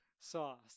sauce